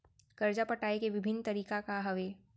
करजा पटाए के विभिन्न तरीका का हवे?